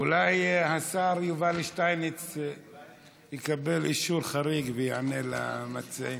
אולי השר יובל שטייניץ יקבל אישור חריג ויענה למציעים.